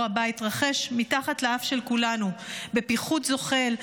הבא התרחש מתחת לאף של כולנו בפיחות זוחל,